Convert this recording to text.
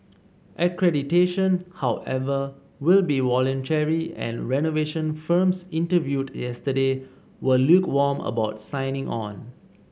accreditation however will be voluntary and renovation firms interviewed yesterday were lukewarm about signing on